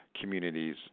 communities